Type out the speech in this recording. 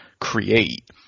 create